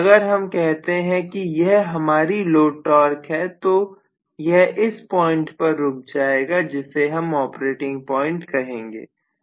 अगर हम कहते हैं कि यह हमारी लोड टॉर्क है तो यह इस पॉइंट पर रुक जाएगा जिसे हम ऑपरेटिंग पॉइंट कहेंगे